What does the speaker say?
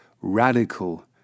radical